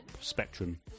spectrum